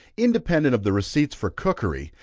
independent of the receipts for cookery,